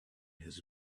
his